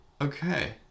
Okay